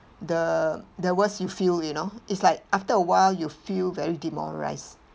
the the worse you feel you know it's like after a while you feel very demoralised